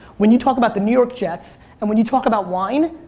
when you talk about the new york jets and when you talk about wine,